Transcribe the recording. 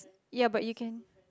ya but you can